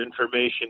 information